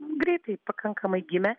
greitai pakankamai gimė